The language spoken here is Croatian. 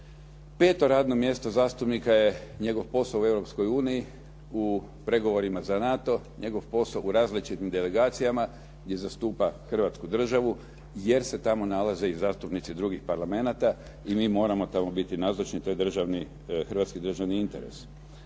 Peto radno mjesto zastupnika je njegov posao u Europskoj uniji, u pregovorima za NATO, njegov posao u različitim delegacijama gdje zastupa Hrvatsku državu jer se tamo nalaze i zastupnici drugih parlamenata i mi moramo tamo biti nazočni, to je hrvatski državni interes.